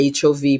HOV